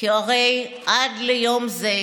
כי הרי עד ליום זה,